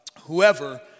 Whoever